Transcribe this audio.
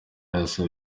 arasaba